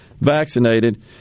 vaccinated